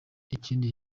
ikindi